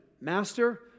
Master